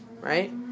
right